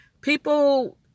people